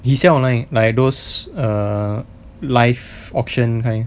he said online like those err live auction kind